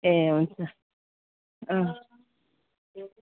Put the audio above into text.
ए हुन्छ